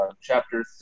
chapter